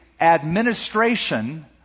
administration